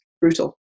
brutal